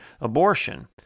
abortion